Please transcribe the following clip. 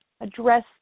address